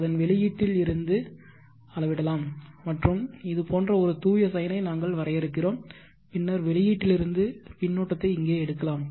அதன் வெளியீட்டில் இருந்து அளவிடலாம் மற்றும் இது போன்ற ஒரு தூய சைனை நாங்கள் வரையறுக்கிறோம் பின்னர் வெளியீட்டிலிருந்து பின்னூட்டத்தை இங்கே எடுக்கலாம்